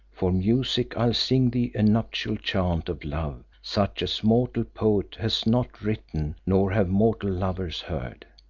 for music i'll sing thee a nuptial chant of love such as mortal poet has not written nor have mortal lovers heard.